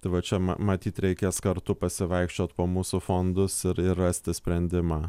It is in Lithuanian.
tai va čia ma matyt reikės kartu pasivaikščiot po mūsų fondus ir ir rasti sprendimą